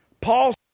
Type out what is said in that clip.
Paul